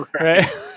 Right